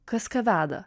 kas ką veda